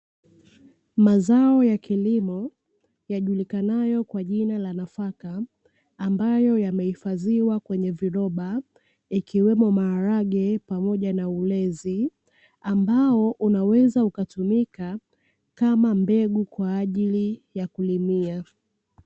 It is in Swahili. Mazao ya kilimo yajulikanayo kwa jina la nafaka, ambayo yamehifadhiwa kwenye viroba, ikiwemo maharage pamoja na ulezi; ambao unaweza ukatumika kama mbegu kwa ajili ya kulimia.